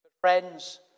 Friends